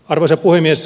arvoisa puhemies